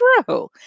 true